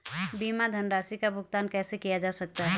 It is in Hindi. बीमा धनराशि का भुगतान कैसे कैसे किया जा सकता है?